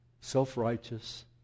self-righteous